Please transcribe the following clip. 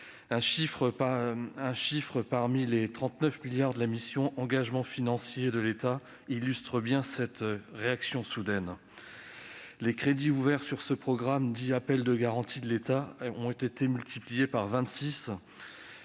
Un chiffre, parmi les 39 milliards d'euros de la mission « Engagements financiers de l'État », illustre bien cette réaction soudaine : les crédits ouverts sur le programme 114, « Appels en garantie de l'État », ont été multipliés par 26,